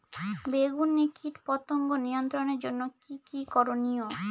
বেগুনে কীটপতঙ্গ নিয়ন্ত্রণের জন্য কি কী করনীয়?